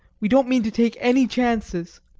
we don't mean to take any chances!